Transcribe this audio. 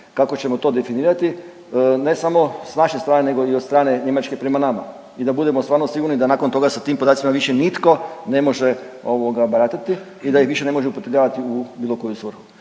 kako ćemo to definirati, ne samo s naše strane nego i od strane Njemačke prema nama i da budemo stvarno sigurni da nakon toga sa tim podacima više nitko ne može ovoga, baratati i da ih više ne može upotrebljavati u bilo koju svrhu.